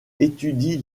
étudie